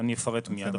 אני אפרט מיד,